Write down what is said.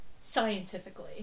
scientifically